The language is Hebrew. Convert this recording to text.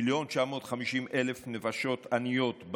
מיליון ו-950,000 נפשות עניות,